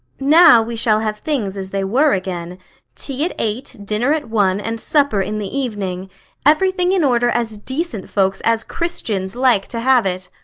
now we shall have things as they were again tea at eight, dinner at one, and supper in the evening everything in order as decent folks, as christians like to have it.